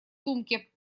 сумке